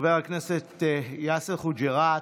חבר הכנסת יאסר חוג'יראת,